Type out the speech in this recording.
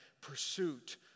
pursuit